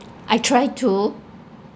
I try to